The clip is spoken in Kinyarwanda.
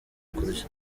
kurya